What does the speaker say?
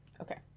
Okay